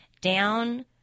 down